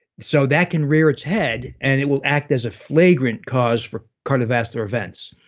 so that can rear it's head and it will act as a flagrant cause for cardiovascular events.